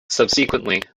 subsequently